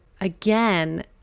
again